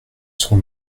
serons